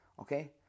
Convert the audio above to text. okay